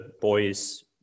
boys